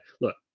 look